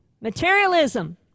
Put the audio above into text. materialism